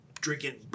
drinking